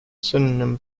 synonym